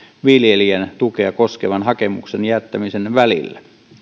viljelijän tukea koskevan hakemuksen jättämisen välillä